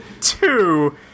two